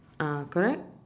ah correct